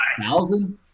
thousand